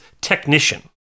technician